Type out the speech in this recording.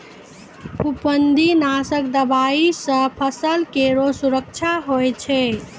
फफूंदी नाशक दवाई सँ फसल केरो सुरक्षा होय छै